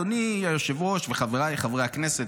אדוני היושב-ראש וחבריי חברי הכנסת,